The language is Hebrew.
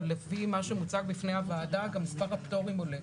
אבל לפי מה שמוצג בפני הוועדה גם מספר הפטורים עולה.